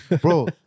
Bro